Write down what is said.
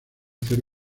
hacer